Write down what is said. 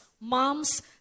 moms